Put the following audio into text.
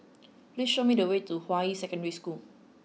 please show me the way to Hua Yi Secondary School